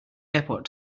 airport